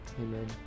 Amen